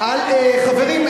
חברים,